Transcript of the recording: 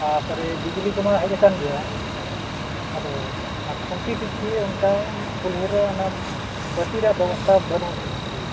ᱛᱟᱨᱯᱚᱨᱮ ᱵᱤᱡᱽᱞᱤ ᱠᱚᱢᱟ ᱦᱮᱡ ᱟᱠᱟᱱ ᱜᱮᱭᱟ ᱟᱫᱚ ᱚᱱᱠᱟ ᱠᱷᱩᱱᱴᱤ ᱯᱤᱪᱷᱤ ᱚᱱᱠᱟ ᱠᱩᱞᱦᱤ ᱨᱮ ᱚᱱᱟᱢ ᱵᱟᱹᱛᱤ ᱨᱮᱭᱟᱜ ᱵᱮᱵᱚᱥᱛᱷᱟ ᱵᱟᱹᱱᱩᱜ ᱟᱹᱱᱤᱡ ᱱᱤᱛ ᱫᱷᱟᱹᱵᱤᱡ